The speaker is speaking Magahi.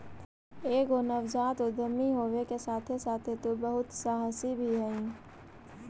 एगो नवजात उद्यमी होबे के साथे साथे तु बहुत सहासी भी हहिं